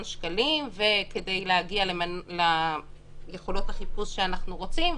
שקלים כדי להגיע ליכולות החיפוש שאנחנו רוצים,